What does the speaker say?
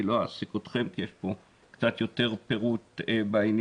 אני לא אעסיק אתכם כי יש קצת יותר פירוט בעניין.